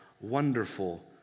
wonderful